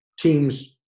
Teams